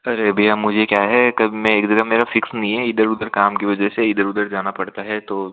अरे भैया मुझे क्या है कभी मैं एक जगह मेरा फिक्स नहीं है इधर उधर काम की वजह से इधर उधर जाना पड़ता है तो